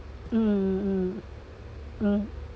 mm mm mm